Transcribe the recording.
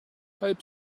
halb